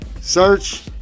search